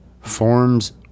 Forms